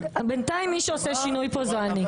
בינתיים מי שעושה שינוי פה זו אני.